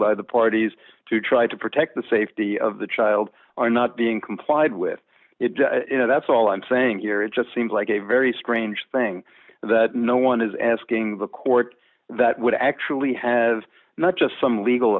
by the parties to try to protect the safety of the child are not being complied with you know that's all i'm saying here it just seems like a very strange thing that no one is asking the court that would actually have not just some legal